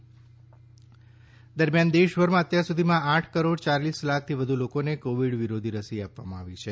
રસીકરણ દેશભરમાં અત્યાર સુધીમાં આઠ કરોડ ચાલીસ લાખથી વધુ લોકોને કોવિડ વિરોધી રસી આપવામાં આવી છે